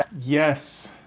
Yes